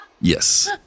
Yes